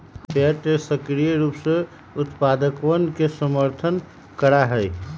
fair trade सक्रिय रूप से उत्पादकवन के समर्थन करा हई